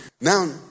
Now